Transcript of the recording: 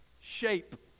shape